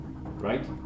right